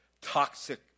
toxic